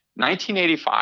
1985